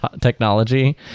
technology